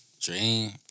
Dream